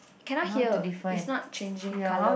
cannot hear its not changing color